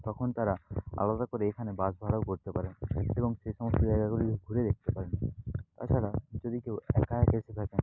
তখন তারা আলাদা করে এখানে বাস ভাড়াও করতে পারেন এবং সে সমস্ত জায়গাগুলিও ঘুরে দেখতে পারেন তাছাড়া যদি কেউ একা একা এসে থাকেন